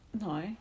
No